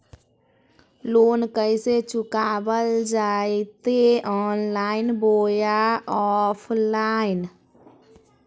Loan कैसे चुकाबल जयते ऑनलाइन बोया ऑफलाइन?